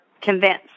convinced